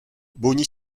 bogny